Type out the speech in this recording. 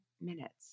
minutes